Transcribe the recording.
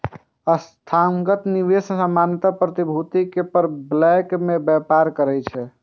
संस्थागत निवेशक सामान्यतः प्रतिभूति के पैघ ब्लॉक मे व्यापार करै छै